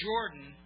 Jordan